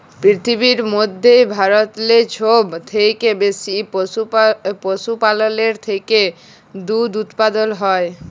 পিরথিবীর মইধ্যে ভারতেল্লে ছব থ্যাইকে বেশি পশুপাললের থ্যাইকে দুহুদ উৎপাদল হ্যয়